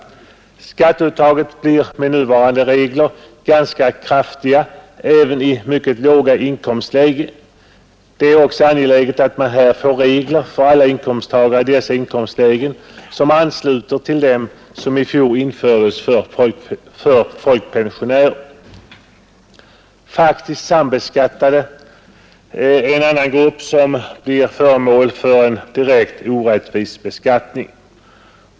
Skatteuttaget blir med nuvarande regler ganska kraftigt även i mycket låga inkomstlägen. Det är angeläget att man får regler för alla inkomsttagare i dessa inkomstlägen, som ansluter till dem som i fjol infördes för folkpensionärer. Faktiskt sambeskattade är en annan grupp som blir föremål för en direkt orättvis beskattning.